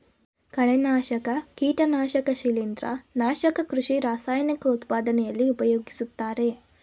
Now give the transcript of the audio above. ಕಳೆನಾಶಕ, ಕೀಟನಾಶಕ ಶಿಲಿಂದ್ರ, ನಾಶಕ ಕೃಷಿ ರಾಸಾಯನಿಕ ಉತ್ಪಾದನೆಯಲ್ಲಿ ಪ್ರಯೋಗಿಸುತ್ತಾರೆ